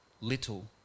little